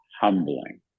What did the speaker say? humbling